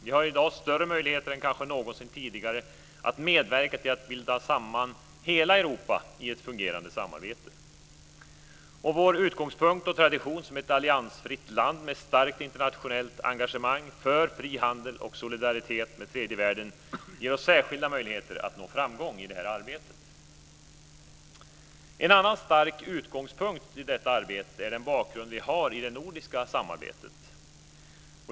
Vi har i dag större möjligheter än kanske någonsin tidigare att medverka till att binda samman hela Europa i ett fungerande samarbete. Vår utgångspunkt och tradition som ett alliansfritt land med starkt internationellt engagemang för frihandel och solidaritet med tredje världen ger oss särskilda möjligheter att nå framgång i det här arbetet. En annan stark utgångspunkt i detta arbete är den bakgrund vi har i det nordiska samarbetet.